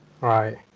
Right